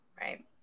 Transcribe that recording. Right